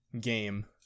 game